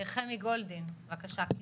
חמי גולדין בבקשה.